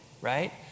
right